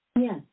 Yes